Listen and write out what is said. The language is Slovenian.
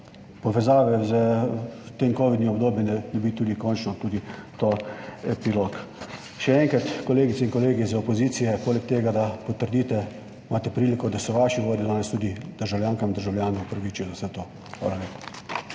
povezave s tem kovidnim obdobjem končno tudi epilog. Še enkrat, kolegice in kolegi iz opozicije, poleg tega, da potrdite, imate priliko, da se vaši vodje danes državljankam in državljanom tudi opravičijo za vse to. Hvala lepa.